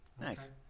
Nice